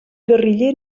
guerriller